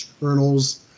journals